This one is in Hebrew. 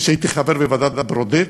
כשהייתי חבר בוועדת ברודט,